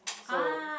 so